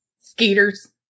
Skeeters